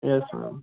yes ma'am